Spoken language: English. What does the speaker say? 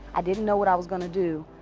i didn't know what i was gonna do,